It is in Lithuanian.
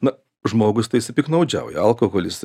na žmogus tai jisai piktnaudžiauja alkoholis